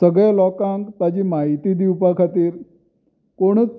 सगळें लोकांक ताची म्हायती दिवपा खातीर कोणूच